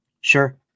Sure